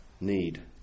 need